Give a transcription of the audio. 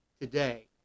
today